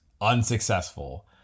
unsuccessful